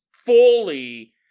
Fully